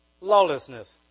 lawlessness